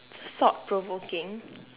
thought provoking